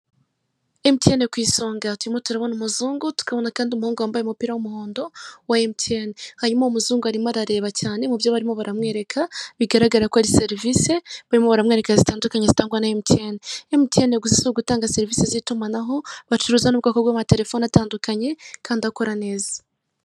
Emutiyene ku isonga, turimo turabona umuzungu tukabona kandi umuhungu wambaye umupira w'umuhondo wa emutiyene, hanyuma uwo muzungu arimo arareba cyane mubyo barimo baramwereka, bigaragara ko ari serivise barimo baramwereka zitandukanye zitangwa na emutiyeni, emutiyeni gusa si ugutanga serivise z'itumanaho, bacuruza n'ubwoko bw'amaterefone atandukanye kandi akora neza.